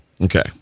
Okay